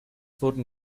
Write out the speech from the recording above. wurden